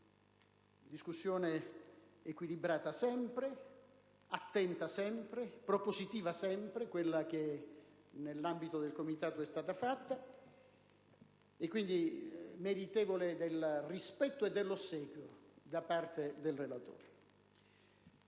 Discussione equilibrata sempre, attenta sempre, propositiva sempre, quella che nell'ambito del Comitato è stata fatta: quindi, meritevole del rispetto e dell'ossequio da parte del relatore.